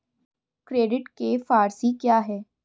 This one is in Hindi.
क्रेडिट के फॉर सी क्या हैं?